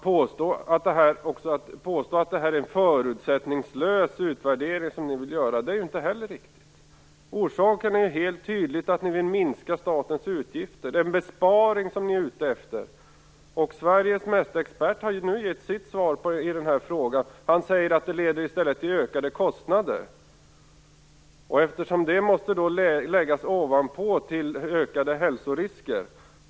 Påståendet att det är en förutsättningslös utvärdering är inte heller riktigt. Det är tydligt att orsaken är att ni vill minska statens utgifter. Ni är ute efter en besparing. Sveriges främste expert har gett sitt svar i den här frågan. Han säger att förslaget i stället leder till ökade kostnader. Det måste läggas ovanpå ökade hälsorisker.